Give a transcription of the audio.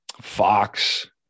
Fox